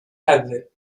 ewy